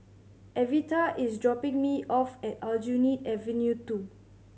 Evita is dropping me off at Aljunied Avenue Two